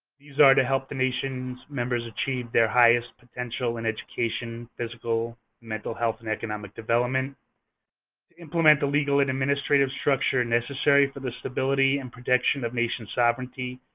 these are to help the nation members achieve their highest potential in education, physical, mental health, and economic development to implement the legal and administrative structure necessary for the stability and protection of nation sovereignty,